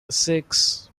six